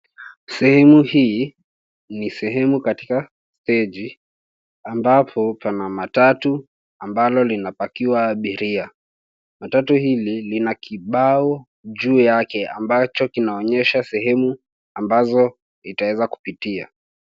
Sehemu hii ni sehemu katika steji ambapo pana matatu ambalo linapakiwa abiria. Matatu hili lina kibao juu yake ambacho kinaonyesha sehemu ambazo itaweza kupitia.